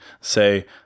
Say